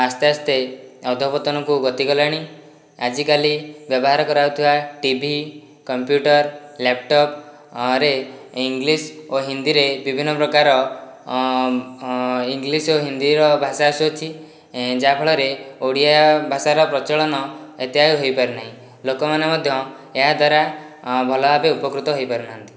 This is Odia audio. ଆସ୍ତେ ଆସ୍ତେ ଅଧପତନକୁ ଗତି କଲାଣି ଆଜିକାଲି ବ୍ୟବହାର କରାଯାଉଥିବା ଟିଭି କମ୍ପ୍ୟୁଟର ଲାପଟପରେ ଇଂଲିଶ ଓ ହିନ୍ଦୀରେ ବିଭିନ୍ନ ପ୍ରକାର ଇଂଲିଶ ଓ ହିନ୍ଦୀର ଭାଷା ଆସୁଛି ଯାହାଫଳରେ ଓଡ଼ିଆ ଭାଷାର ପ୍ରଚଳନ ଏତେ ଆଉ ହୋଇପାରୁନାହିଁ ଲୋକମାନେ ମଧ୍ୟ ଏହାଦ୍ୱାରା ଭଲଭାବରେ ଉପକୃତ ହୋଇପାରୁନାହାନ୍ତି